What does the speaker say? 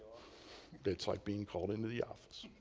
it's like being called into the office.